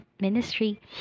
ministry